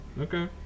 Okay